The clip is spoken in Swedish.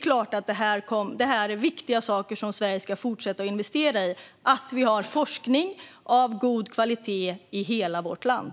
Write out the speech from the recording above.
Detta är såklart viktiga saker som Sverige ska fortsätta att investera i så att vi har forskning av god kvalitet i hela vårt land.